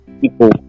people